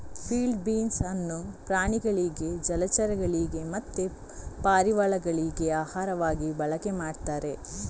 field beans ಅನ್ನು ಪ್ರಾಣಿಗಳಿಗೆ ಜಲಚರಗಳಿಗೆ ಮತ್ತೆ ಪಾರಿವಾಳಗಳಿಗೆ ಆಹಾರವಾಗಿ ಬಳಕೆ ಮಾಡ್ತಾರೆ